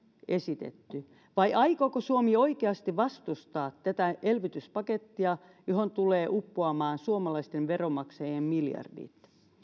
esitetty vai aikooko suomi oikeasti vastustaa tätä elvytyspakettia johon tulevat uppoamaan suomalaisten veronmaksajien miljardit